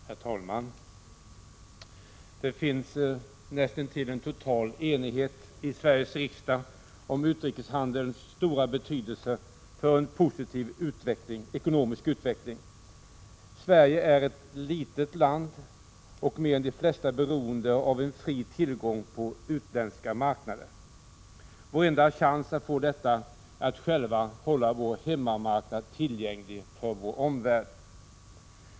Herr talman! Det finns en näst intill total enighet i Sveriges riksdag om utrikeshandelns stora betydelse för en positiv ekonomisk utveckling. Sverige är ett litet land och mer än de flesta beroende av en fri tillgång till den utländska marknaden. Vår enda chans att få detta är att själva hålla vår hemmamarknad tillgänglig för vår omvärld.